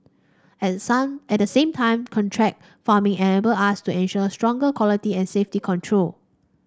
at the sum at he same time contract farming enable us to ensure stronger quality and safety control